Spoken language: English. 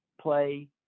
play